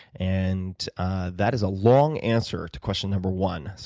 and that is a long answer to question number one.